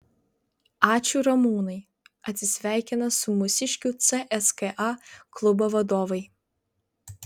ačiū ramūnai atsisveikina su mūsiškiu cska klubo vadovai